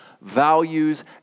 values